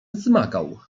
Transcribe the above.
wzmagał